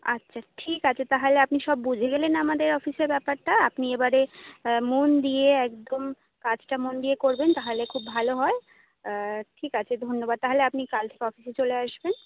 আচ্ছা ঠিক আছে তাহলে আপনি সব বুঝে গেলেন আমাদের অফিসের ব্যাপারটা আপনি এবারে মন দিয়ে একদম কাজটা মন দিয়ে করবেন তাহলে খুব ভালো হয় ঠিক আছে ধন্যবাদ তাহলে আপনি কাল থেকে অফিসে চলে আসবেন